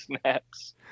snaps